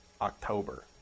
october